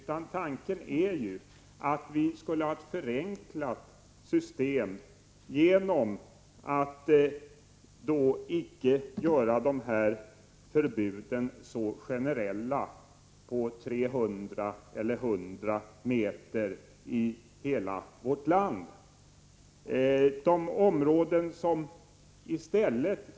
Vår tanke är att vi skulle ha ett förenklat system på så sätt att dessa förbud icke skulle göras generella. De skulle inte avse 100 meter eller 300 meter i hela landet.